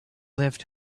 left